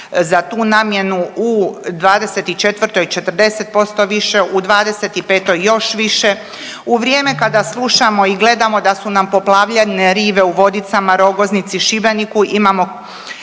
U vrijeme kada slušamo i gledamo da su nam poplavljene rive u Vodicama, Rogoznici, Šibeniku, imamo